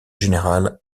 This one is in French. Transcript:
général